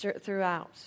throughout